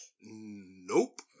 Nope